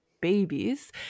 babies